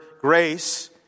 grace